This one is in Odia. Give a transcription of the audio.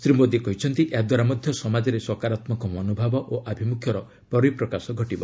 ଶ୍ରୀ ମୋଦୀ କହିଛନ୍ତି ଏହାଦ୍ୱାରା ମଧ୍ୟ ସମାଜରେ ସକାରାତ୍ମକ ମନଭାବ ଓ ଆଭିମୁଖ୍ୟର ପରିପ୍ରକାଶ ଘଟିବ